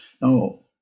no